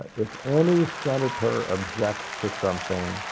if any senator objects to something,